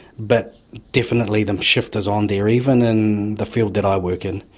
but definitely the shift is on. they're even in the field that i work in.